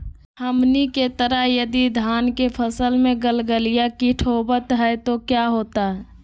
हमनी के तरह यदि धान के फसल में गलगलिया किट होबत है तो क्या होता ह?